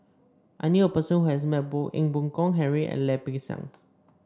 I knew a person who has met both Ee Boon Kong Henry and Lim Peng Siang